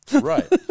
Right